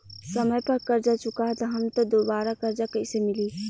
समय पर कर्जा चुका दहम त दुबाराकर्जा कइसे मिली?